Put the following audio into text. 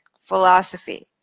philosophy